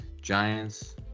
Giants